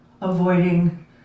avoiding